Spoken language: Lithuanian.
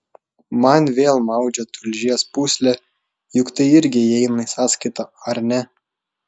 man vėl maudžia tulžies pūslę juk tai irgi įeina į sąskaitą ar ne